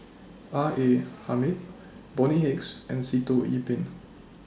R A Hamid Bonny Hicks and Sitoh Yih Pin